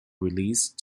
released